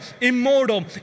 immortal